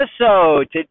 episode